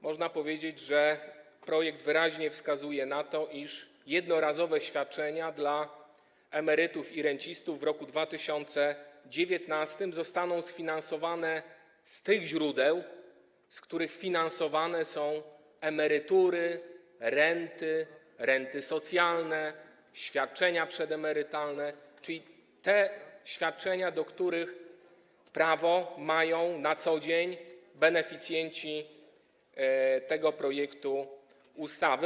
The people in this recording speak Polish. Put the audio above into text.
Można powiedzieć, że w projekcie wyraźnie wskazuje się, iż jednorazowe świadczenia dla emerytów i rencistów w roku 2019 zostaną sfinansowane z tych źródeł, z których finansowane są emerytury, renty, renty socjalne, świadczenia przedemerytalne, czyli te świadczenia, do których mają prawo na co dzień beneficjenci tego projektu ustawy.